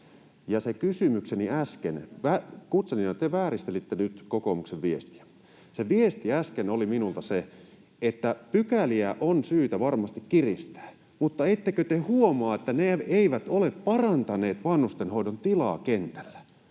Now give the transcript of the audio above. Guzenina, te vääristelitte nyt kokoomuksen viestiä. Se viesti minulta äsken oli se, että pykäliä on syytä varmasti kiristää mutta ettekö te huomaa, että ne eivät ole parantaneet vanhustenhoidon tilaa kentällä.